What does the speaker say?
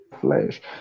flesh